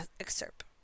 excerpt